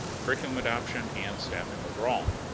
curriculum adaption and staffing overall.